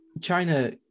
China